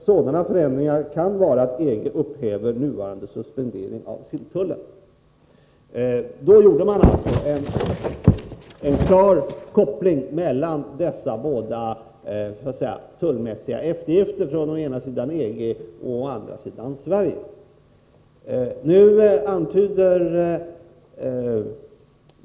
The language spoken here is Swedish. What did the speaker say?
Sådana förändringar kan vara att EEC upphäver nuvarande suspendering av silltullen ——=.” Då gjorde man alltså en klar koppling mellan dessa båda tullmässiga eftergifter från å ena sidan EG:s sida och å andra sidan Sveriges.